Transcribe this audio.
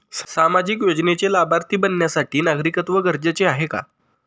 सामाजिक योजनेचे लाभार्थी बनण्यासाठी नागरिकत्व गरजेचे आहे का?